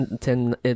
ten